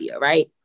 right